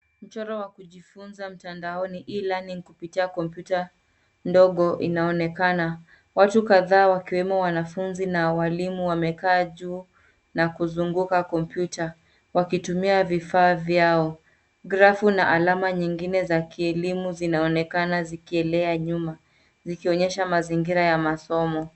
Mchoro wa kujifunza mtandaoni E-learning , kupitia kompyuta ndogo inaonekana. Watu kadhaa wakiwemo wanafunzi na walimu, wamekaa juu na kuzunguka kompyuta, wakitumia vifaa vyao. Grafu na alama nyingine za kielimu zinaonekana zikielea nyuma, zikionyesha mazingira ya masomo.